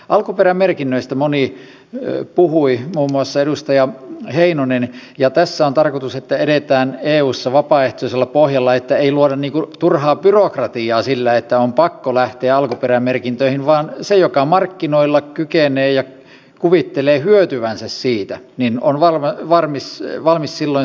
alkuperämerkinnöistä moni puhui muun muassa edustaja heinonen ja tässä on tarkoitus että edetään eussa vapaaehtoisella pohjalla että ei luoda turhaa byrokratiaa sillä että on pakko lähteä alkuperämerkintöihin vaan se joka markkinoilla kykenee ja kuvittelee hyötyvänsä siitä on valmis silloin satsaamaan siihen alkuperämerkintään